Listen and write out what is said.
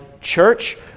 church